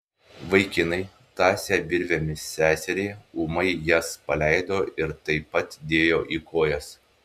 vaikinai tąsę virvėmis seserį ūmai jas paleido ir taip pat dėjo į kojas